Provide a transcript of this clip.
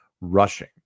rushing